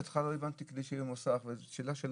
בהתחלה לא הבנתי כדי שיהיה מוסך, וזו שאלה של